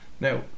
Now